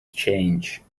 change